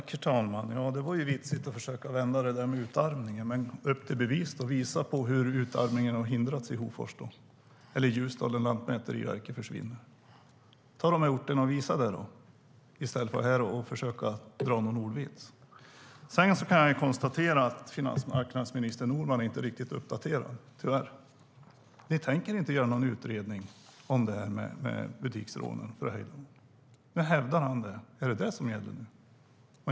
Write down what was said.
Herr talman! Det var ju vitsigt av ministern att försöka vända på det där med utarmningen. Upp till bevis! Visa hur utarmningen av Hofors har förhindrats - eller av Ljusdal när Lantmäteriet försvinner. Visa det i stället för att stå här och försöka dra en ordvits. Finansmarknadsminister Norman är inte riktigt uppdaterad. Regeringen tänker inte göra någon utredning om butiksrånen. Men nu hävdar Norman det. Är det vad som gäller nu?